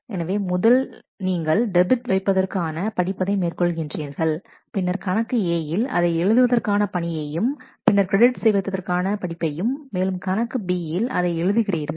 எனவே முதல் நீங்கள் டெபிட் வைப்பதற்கு ஆன படிப்பதை மேற்கொள்கின்றீர்கள் பின்னர் கணக்கு A யில் அதை எழுதுவதற்கான பணியையும் பின்னர் கிரெடிட் வைத்ததற்கான படிப்பதையும் மேலும் கணக்கு B யில் அதை எழுதுகிறீர்கள்